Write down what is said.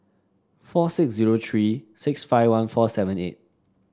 four six zero three six five one four seven eight